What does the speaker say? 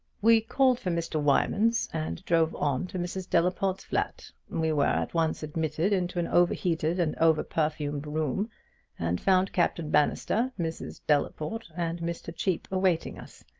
we called for mr. wymans and drove on to mrs. delaporte's flat. we were at once admitted into an overheated and overperfumed room and found captain bannister, mrs. delaporte, and mr. cheape awaiting us.